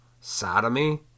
sodomy